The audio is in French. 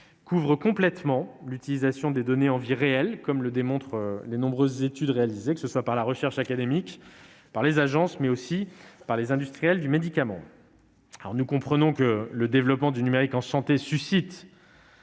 couvre intégralement l'utilisation des données en vie réelle, comme le démontrent les nombreuses études réalisées, que ce soit par la recherche académique, les agences ou les industriels du médicament. Nous comprenons que le développement du numérique en santé suscite